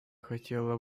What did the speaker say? хотела